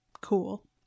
cool